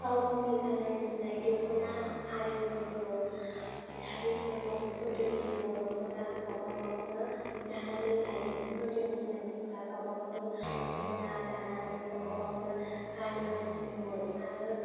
गाव गावनि गाननाय जोमनाय दख'ना आरिफोरखौ साद्रिफोरखौ गोदोनि बर'फोरा गावबा गावनो दानानै लायोमोन गोदोनि मानसिफोरा गावबा गावनो दख'ना दानानै गावबा गावनो गानो जोमोमोन आरो